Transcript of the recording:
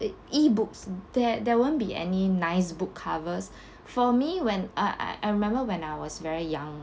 the E_books that there won't be any nice book covers for me when I I I remember when I was very young